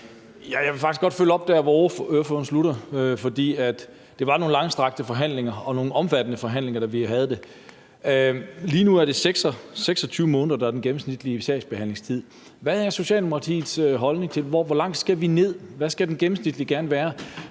Jeg vil faktisk godt følge op der, hvor ordføreren slutter, for det var nogle langstrakte forhandlinger og nogle omfattende forhandlinger, da vi havde dem. Lige nu er det 26 måneder, der er den gennemsnitlige sagsbehandlingstid. Hvad er Socialdemokratiets holdning til, hvor langt vi skal ned? Hvad skal den gennemsnitlige